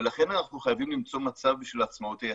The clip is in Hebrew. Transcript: ולכן אנחנו חייבים למצוא מצב בשביל העצמאות היצרנית.